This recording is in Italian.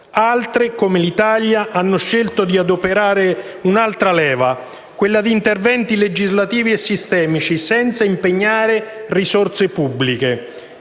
altri, come l'Italia, hanno scelto di adoperare un'altra leva, quale quella di interventi legislativi sistemici senza impegnare risorse pubbliche.